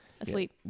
asleep